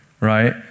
right